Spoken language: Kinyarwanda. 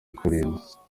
kurinda